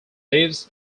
lives